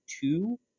two